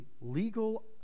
legal